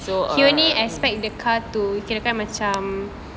so um